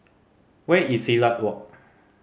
where is Silat Walk